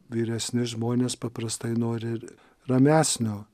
vyresni žmonės paprastai nori ramesnio